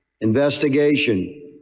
investigation